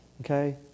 okay